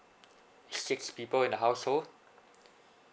six people in the household